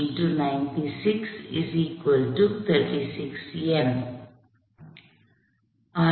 அதனால்